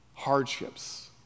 hardships